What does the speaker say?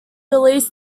released